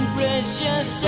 Precious